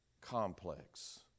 complex